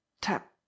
tap